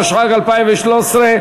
התשע"ג 2013,